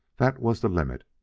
that was the limit.